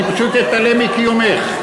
אני פשוט אתעלם מקיומך.